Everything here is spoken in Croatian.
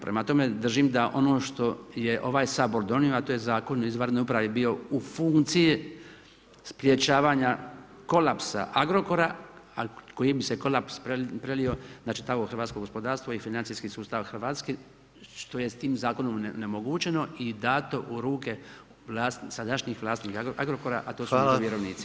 Prema tome, držim da ono što je ovaj Sabor donio a to je Zakon o izvanrednoj upravi bio u funkciji sprečavanja kolapsa Agrokora a koji bi se kolaps prelio na čitavo hrvatsko gospodarstvo i financijski sustav Hrvatske što je s tim zakonom onemogućeno i dato u ruke sadašnjih vlasnika Agrokora a to su vjerovnici.